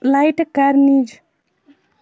لایٹہٕ کَر نِج